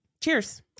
Cheers